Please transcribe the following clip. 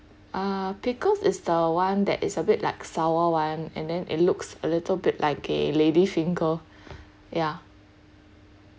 uh pickles is the one that is a bit like sour [one] and then it looks a little bit like a lady finger ya